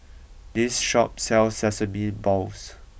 this shop sells sesame balls